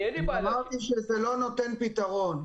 אין לי בעיה --- אמרתי שזה לא נותן פתרון.